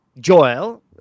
Joel